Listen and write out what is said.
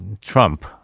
Trump